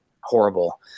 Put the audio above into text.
horrible